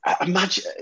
imagine